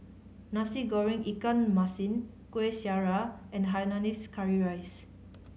Nasi Goreng ikan masin Kueh Syara and hainanese curry rice